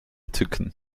tücken